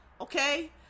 okay